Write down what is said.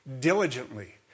diligently